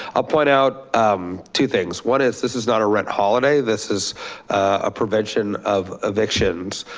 i'll point out two things. one is this is not a rent holiday. this is ah prevention of evictions.